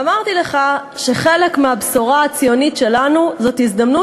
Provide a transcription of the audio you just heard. ואמרתי לך שחלק מהבשורה הציונית שלנו זאת הזדמנות